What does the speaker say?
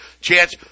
chance